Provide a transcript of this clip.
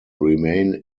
remain